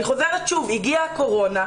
אני חוזרת: הגיעה הקורונה,